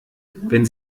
wenn